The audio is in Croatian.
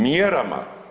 Mjerama.